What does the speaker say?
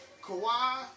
Kawhi